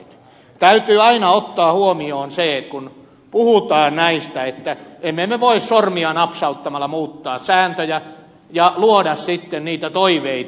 täytyy aina ottaa huomioon se kun puhutaan näistä että emme me voi sormia napsauttamalla muuttaa sääntöjä ja luoda sitten niitä toiveita